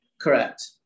Correct